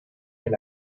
est